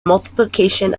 multiplication